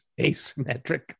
asymmetric